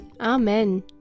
Amen